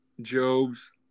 Job's